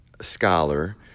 scholar